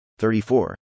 34